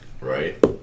Right